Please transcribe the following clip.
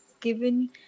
given